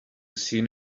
seen